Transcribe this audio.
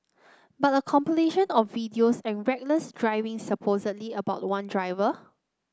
but a compilation of videos of reckless driving supposedly about one driver